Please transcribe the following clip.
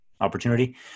opportunity